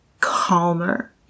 calmer